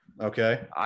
okay